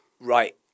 Right